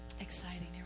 Exciting